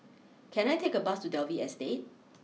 can I take a bus to Dalvey Estate